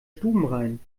stubenrein